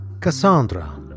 Cassandra